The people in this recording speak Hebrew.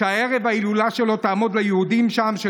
שהערב ההילולה שלו תעמוד ליהודים שם, תודה.